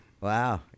wow